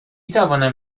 توانم